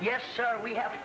yes we have